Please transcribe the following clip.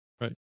Right